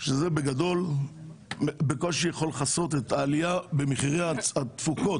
שזה בקושי יכול לכסות את העלייה במחירי התפוקות,